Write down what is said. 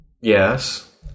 Yes